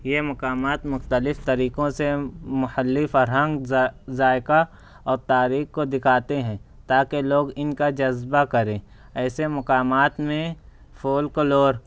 یہ مقامات مختلف طریقوں سے محلی فرہنگ ذائقہ اور تاریخ کو دکھاتے ہے تاکہ لوگ ان کا جذبہ کریں ایسے مقامات میں فولکلور